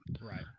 Right